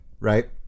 Right